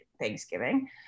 Thanksgiving